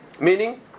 Meaning